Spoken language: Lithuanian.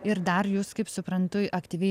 ir dar jūs kaip suprantu aktyviai